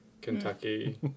Kentucky